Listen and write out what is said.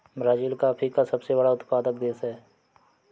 Brazil coffee का सबसे बड़ा उत्पादक देश है